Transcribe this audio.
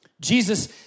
Jesus